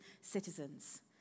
citizens